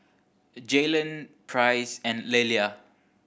Jaylan Price and Lelia